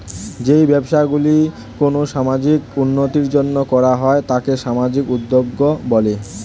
যেই ব্যবসাগুলি কোনো সামাজিক উন্নতির জন্য করা হয় তাকে সামাজিক উদ্যোগ বলে